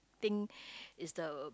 think is the